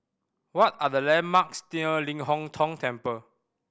what are the landmarks near Ling Hong Tong Temple